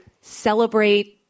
celebrate